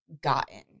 gotten